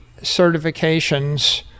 certifications